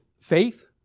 faith